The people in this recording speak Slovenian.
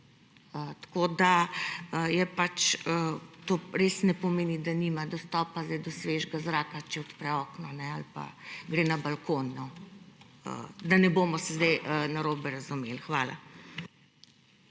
gospodinjstva. To res ne pomeni, da nima dostopa do svežega zraka, če odpre okno ali pa gre na balkon, da ne bomo se zdaj narobe razumeli. Hvala.